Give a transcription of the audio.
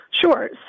Sure